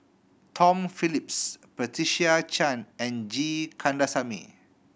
Tom Phillips Patricia Chan and G Kandasamy